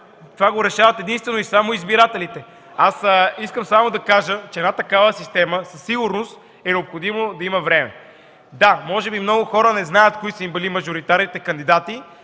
Това го решават единствено и само избирателите. Искам само да кажа, че за такава система със сигурност е необходимо да има време. Да, може би много хора не знаят кои са им били мажоритарните кандидати,